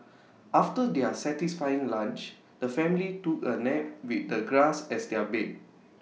after their satisfying lunch the family took A nap with the grass as their bed